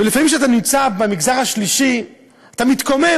ולפעמים כשאתה נמצא במגזר השלישי אתה מתקומם,